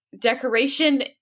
decoration